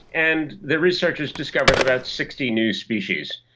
and the researchers discovered about sixty new species.